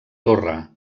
torre